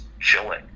chilling